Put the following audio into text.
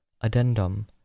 Addendum